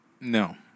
No